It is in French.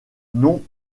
non